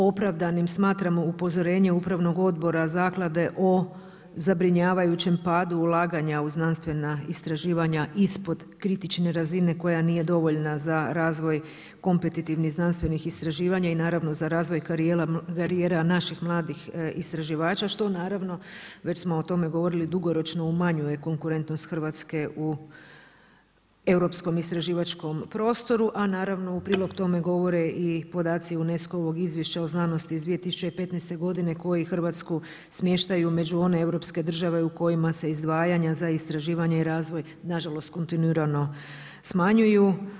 Opravdanim smatramo upozorenje upravnog odbora zaklade o zabrinjavajućem padu ulaganja u znanstvena istraživanja ispod kritične razine koja nije dovoljna za razvoj kompetitivnih znanstvenih istraživanja i naravno za razvoj karijera naših mladih istraživača što naravno, već smo o tome govorili dugoročno umanjuje konkurentnost Hrvatske u europskom istraživačkom prostoru a naravno u prilog tome govore i podaci UNESCO-vog izvješća o znanosti iz 2015. godine koji Hrvatsku smještaju među one europske države u kojima se izdvajanja za istraživanje i razvoj nažalost kontinuirano smanjuju.